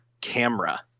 camera